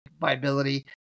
viability